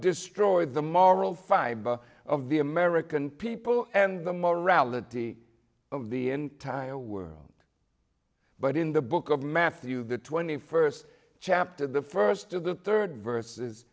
destroy the morrow fiber of the american people and the morality of the entire world but in the book of matthew the twenty first chapter the first of the third vers